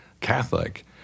catholic